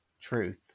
truth